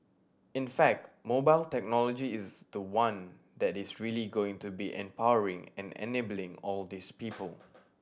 in fact mobile technology is the one that is really going to be empowering and enabling all these people